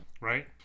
Right